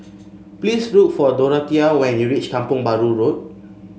please look for Dorathea when you reach Kampong Bahru Road